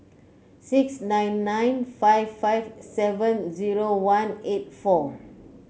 six nine nine five five seven zero one eight four